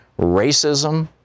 racism